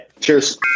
Cheers